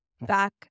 back